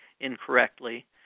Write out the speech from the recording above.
incorrectly